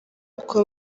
uko